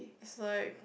it's like